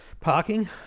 Parking